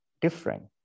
different